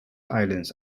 islands